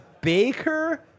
Baker